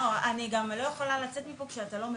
אני גם לא יכולה לצאת מפה כשאתה לא מבין.